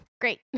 Great